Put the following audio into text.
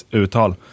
uttal